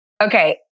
Okay